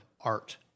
art